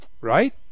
right